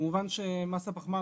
כמובן שמס הפחמן